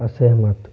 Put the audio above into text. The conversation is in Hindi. असहमत